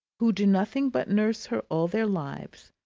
who do nothing but nurse her all their lives,